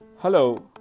Hello